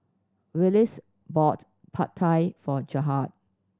Willis bought Pad Thai for Gerhard